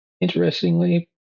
Interestingly